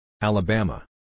Alabama